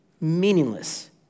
Meaningless